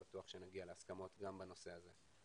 בטוח שנגיע להסכמות גם בנושא הזה.